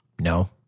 No